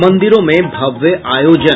मंदिरों में भव्य आयोजन